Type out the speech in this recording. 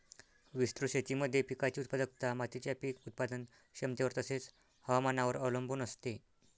विस्तृत शेतीमध्ये पिकाची उत्पादकता मातीच्या पीक उत्पादन क्षमतेवर तसेच, हवामानावर अवलंबून असते